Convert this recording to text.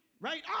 right